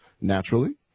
naturally